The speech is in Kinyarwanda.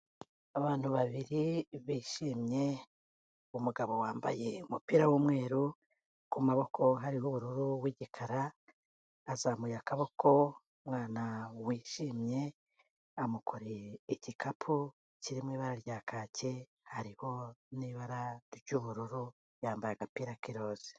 Abantu babiri bishimye, umugabo wambaye umupira w'umweru ku maboko hariho ubururu w'igikara, azamuye akaboko umwana wishimye amukoreye igikapu kiri mu ibara rya kake, hariho n'ibara ry'ubururu, yambaye agapira k'iroze.